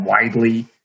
widely